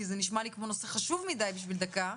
כי זה נשמע לי כמו נושא חשוב מדיי בשביל דקה.